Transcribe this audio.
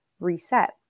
reset